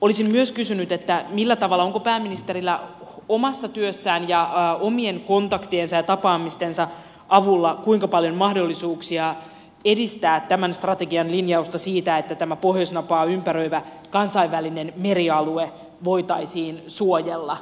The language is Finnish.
olisin myös kysynyt millä tavalla onko pääministerillä omassa työssään ja omien kontaktiensa ja tapaamistensa avulla kuinka paljon mahdollisuuksia edistää tämän strategian linjausta siitä että tämä pohjoisnapaa ympäröivä kansainvälinen merialue voitaisiin suojella